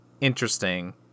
interesting